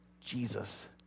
Jesus